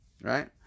right